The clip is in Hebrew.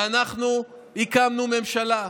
ואנחנו הקמנו ממשלה,